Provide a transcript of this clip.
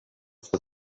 for